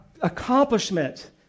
accomplishment